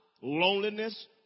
loneliness